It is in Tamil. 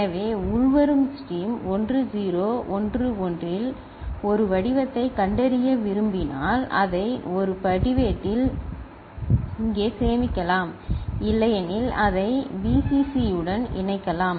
எனவே உள்வரும் ஸ்ட்ரீம் 1 0 1 1 இல் ஒரு வடிவத்தைக் கண்டறிய விரும்பினால் அதை ஒரு பதிவேட்டில் இங்கே சேமிக்கலாம் இல்லையெனில் அதை Vcc உடன் இணைக்கலாம்